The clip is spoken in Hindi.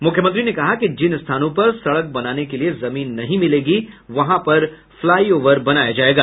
मुख्यमंत्री ने कहा कि जिन स्थानों पर सड़क बनाने के लिए जमीन नहीं मिलेगी वहां पर फ्लाईओवर बनाया जायेगा